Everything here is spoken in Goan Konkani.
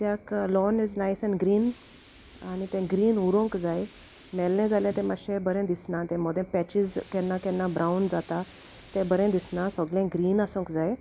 कित्याक lawn is nice and green आनी तें ग्रीन उरोंक जाय मेल्लें जाल्यार तें मातशें बरें दिसना तें मोदें पॅचीस केन्ना केन्ना ब्रावन जाता तें बरें दिसना सोगलें ग्रीन आसूंक जाय